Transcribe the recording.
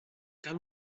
cal